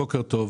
בוקר טוב.